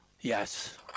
Yes